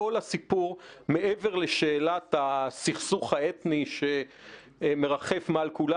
בכל הסיפור מעבר לשאלת הסכסוך האתני שמרחף מעל כולם